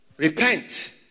Repent